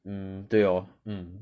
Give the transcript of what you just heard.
mm 对咯 mm